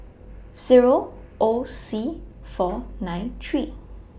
Zero O C four nine three